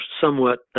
somewhat